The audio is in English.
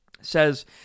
says